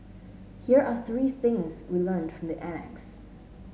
here are three things we learnt from the annex